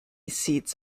seats